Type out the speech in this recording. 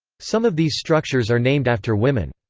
some of these structures are named after women.